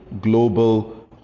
global